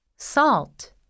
Salt